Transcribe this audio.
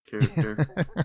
character